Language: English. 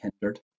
hindered